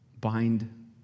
bind